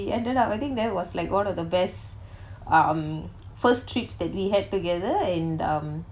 it ended up I think there was like all of the best um first trips that we had together and um